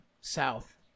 south